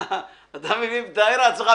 תאר לעצמך,